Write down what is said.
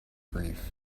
grief